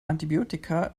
antibiotika